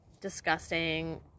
disgusting